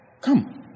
come